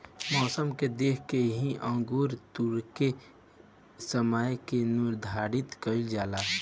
मौसम के देख के ही अंगूर तुरेके के समय के निर्धारित कईल जाला